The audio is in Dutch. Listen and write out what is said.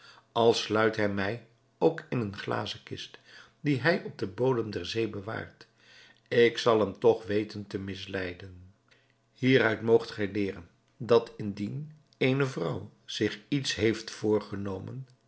al sluit hij mij ook in eene glazen kist die hij op den bodem der zee bewaart ik zal hem toch weten te misleiden hieruit moogt gij leeren dat indien eene vrouw zich iets heeft voorgenomen